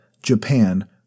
Japan